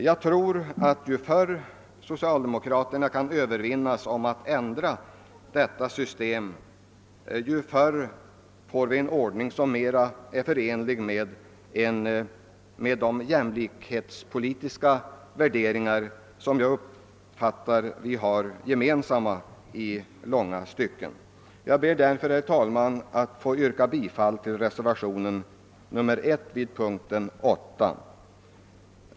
Jag tror att ju förr socialdemokraterna kan övertygas om nödvändigheten att ändra detta system, desto förr får vi en ordning som är mera förenlig med de jämlikhetspolitiska värderingar som jag uppfattar som gemensamma för oss i långa stycken. Jag ber därför, herr talman, att få yrka bifall till reservationen 1 vid punkten 8.